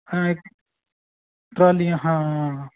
ਹੈਂ ਇੱਕ ਟਰਾਲੀਆਂ ਹਾਂ